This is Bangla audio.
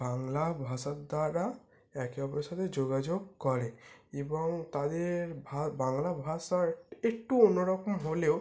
বাংলা ভাষার দ্বারা একে অপরের সাথে যোগাযোগ করে এবং তাদের বাংলা ভাষা একটু অন্য রকম হলেও